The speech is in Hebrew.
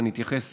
ואני אתייחס